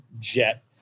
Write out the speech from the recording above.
jet